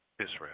Israel